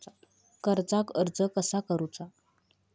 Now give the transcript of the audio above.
कर्जाक अर्ज कसा करुचा?